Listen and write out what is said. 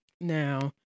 Now